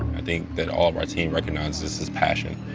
i think that all our team recognizes his passion,